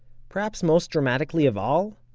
perhaps most dramatically of all,